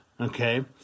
Okay